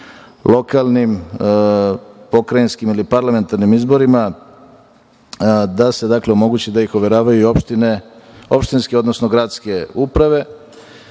lokalnim, pokrajinskim ili parlamentarnim izborima, da se omogući da ih overavaju i opštinske, odnosno gradske uprave. To